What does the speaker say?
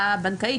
מקובל?